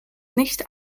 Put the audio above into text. nicht